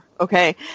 okay